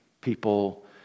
people